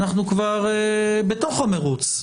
אנחנו כבר בתוך המרוץ.